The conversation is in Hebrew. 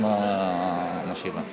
חבר הכנסת